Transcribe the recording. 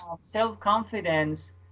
self-confidence